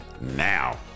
now